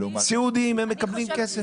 סיעודיים מקבלים כסף.